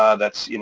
ah that's you know